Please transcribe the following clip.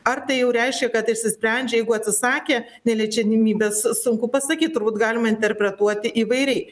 ar tai jau reiškia kad išsisprendžia jeigu atsisakė neliečianmybės sunku pasakyt turbūt galima interpretuoti įvairiai